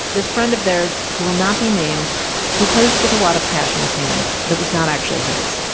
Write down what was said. this friend of theirs who will not be named who posed with a wad of cash in his hand that was not actually his.